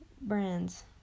brands